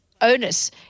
onus